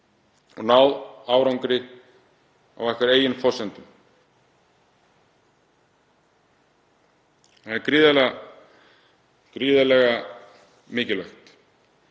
og náð árangri á okkar eigin forsendum. Það er gríðarlega mikilvægt.